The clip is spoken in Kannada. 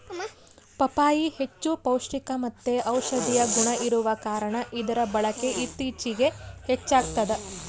ಪಪ್ಪಾಯಿ ಹೆಚ್ಚು ಪೌಷ್ಟಿಕಮತ್ತೆ ಔಷದಿಯ ಗುಣ ಇರುವ ಕಾರಣ ಇದರ ಬಳಕೆ ಇತ್ತೀಚಿಗೆ ಹೆಚ್ಚಾಗ್ತದ